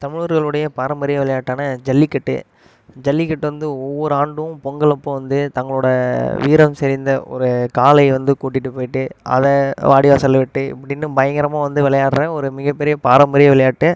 தமிழர்களுடைய பாரம்பரிய விளையாட்டான ஜல்லிக்கட்டு ஜல்லிக்கட்டு வந்து ஒவ்வொரு ஆண்டும் பொங்கல் அப்போ வந்து தங்களோட வீரம் செறிந்த ஒரு காளை வந்து கூட்டிட்டு போயிட்டு அதை வாடி வாசலில் விட்டு இப்படினு பயங்கரமாக வந்து விளையாடுற ஒரு மிகப்பெரிய பாரம்பரிய விளையாட்டு